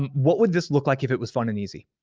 um what would this look like if it was fun and easy?